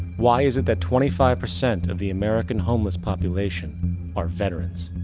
why is it that twenty five percent of the american homeless population are veterans?